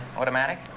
automatic